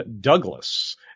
Douglas